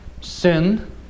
sin